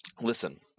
Listen